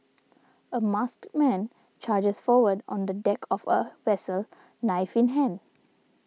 a masked man charges forward on the deck of a vessel knife in hand